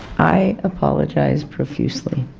i apologize profusely.